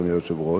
אדוני היושב-ראש,